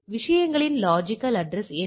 விஷயங்களின் logical address என்ன